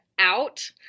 out